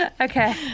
Okay